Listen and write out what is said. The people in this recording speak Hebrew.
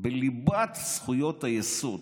בליבת זכויות היסוד.